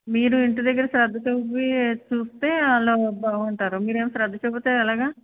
మీరు ఇంటి దగ్గర శ్రద్ధ చూపి చూపిస్తే అలా బాగుంటారు మీరేం శ్రద్ధ చూపించకపోతే ఎలాగా